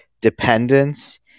dependence